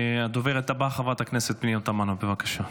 הדוברת הבאה, חברת הכנסת פנינה תמנו, בבקשה.